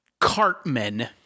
Cartman